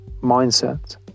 mindset